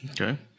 Okay